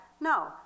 No